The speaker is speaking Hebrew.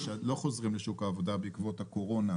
שלא חוזרים לשוק העבודה בעקבות הקורונה.